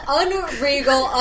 unregal